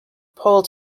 poll